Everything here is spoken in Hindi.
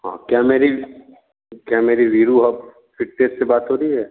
हाँ क्या मेरी क्या मेरी वीरू हब फिटनेस से बात हो रही है